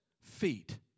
feet